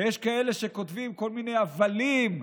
ויש כאלה שכותבים כל מיני הבלים,